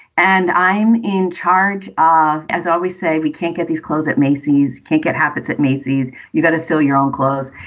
and i'm in charge, ah as always. say we can't get these clothes at macy's cake. it happens at macy's. you've got to steal your own clothes.